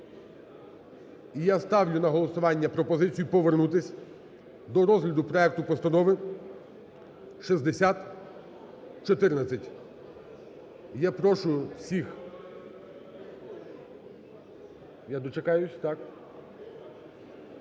я ставлю на голосування пропозицію повернутись до розгляду проекту Постанови 6014. Я прошу всіх… Я дочекаюсь, так.